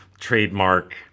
trademark